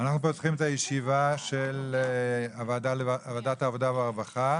אנחנו פותחים את הישיבה של ועדת העבודה והרווחה,